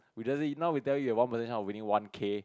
who doesn't ignore without your one percent winning one K